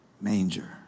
Manger